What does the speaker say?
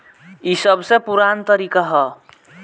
ई सबसे पुरान तरीका हअ